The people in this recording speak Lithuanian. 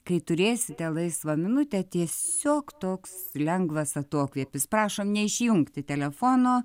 kai turėsite laisvą minutę tiesiog toks lengvas atokvėpis prašom neišjungti telefono